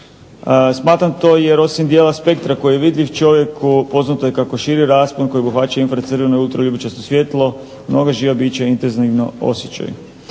Smatram to jer osim dijela spektra koji je vidljiv čovjeku poznato je kako širi raspon koji obuhvaća infracrveno i ultraljubičasto svjetlo mnoga živa bića intenzivno osjećaju.